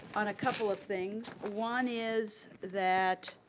on a couple of things. one is that